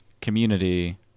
community